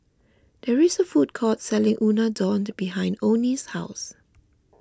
there is a food court selling Unadon behind oney's house